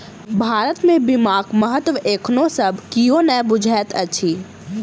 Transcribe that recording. भारत मे बीमाक महत्व एखनो सब कियो नै बुझैत अछि